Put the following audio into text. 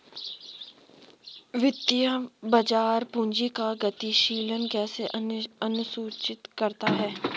वित्तीय बाजार पूंजी का गतिशीलन कैसे सुनिश्चित करता है?